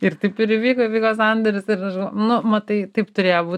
ir taip ir įvyko įvyko sandoris ir aš nu matai taip turėjo būt